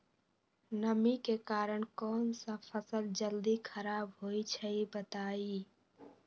नमी के कारन कौन स फसल जल्दी खराब होई छई बताई?